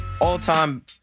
all-time